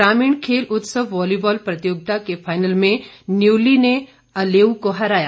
ग्रामीण खेल उत्सव वॉलीबॉल प्रतियोगिता के फाईनल में न्यूली ने अलेयू को हराया